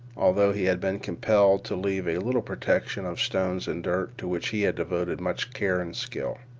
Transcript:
although he had been compelled to leave a little protection of stones and dirt to which he had devoted much care and skill.